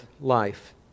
life